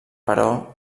però